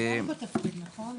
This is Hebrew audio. אתה חדש בתפקיד, נכון?